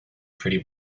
pretty